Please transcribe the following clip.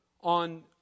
on